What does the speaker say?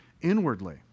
inwardly